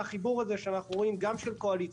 מהחיבור הזה שאנחנו רואים גם של קואליציה,